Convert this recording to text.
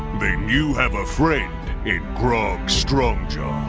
then you have a friend in grog strongjaw.